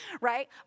right